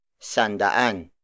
Sandaan